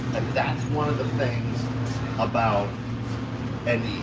that's one of the things about eddy.